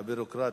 הביורוקרטיה.